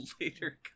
later